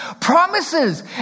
promises